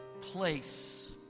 place